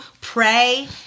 pray